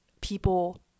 people